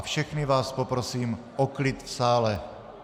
Všechny vás poprosím o klid v sále.